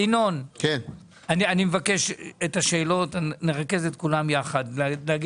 אני מודה לכולם, תודה רבה, הסעיף הזה הסתיים.